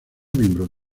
miembros